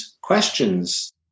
questions